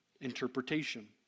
interpretation